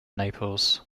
naples